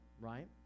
right